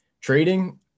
Trading